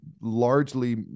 largely